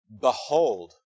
Behold